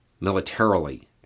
militarily